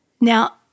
Now